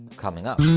coming up.